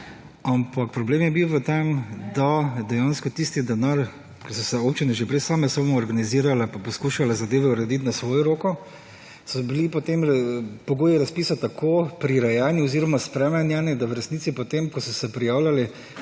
ampak problem je bil v tem, da dejansko tisti denar, ker so se občine že prej same samoorganizirale pa poskušale zadeve urediti na svojo roko, so bili potem pogoji razpisa tako prirejeni oziroma spremenjeni, da v resnici, potem ko so se prijavljali,